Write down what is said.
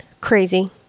crazy